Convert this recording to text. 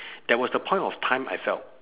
that was the point of time I felt